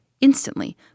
instantly